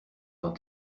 dans